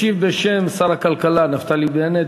ישיב בשם שר הכלכלה נפתלי בנט,